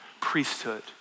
priesthood